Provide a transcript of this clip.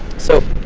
so